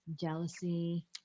Jealousy